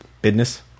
Business